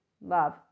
love